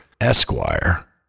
Esquire